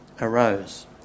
arose